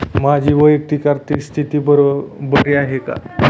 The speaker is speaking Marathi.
माझी वैयक्तिक आर्थिक स्थिती बरी आहे का?